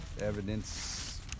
evidence